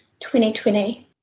2020